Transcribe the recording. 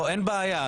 לא אין בעיה,